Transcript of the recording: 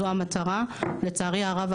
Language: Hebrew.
לצערי הרב,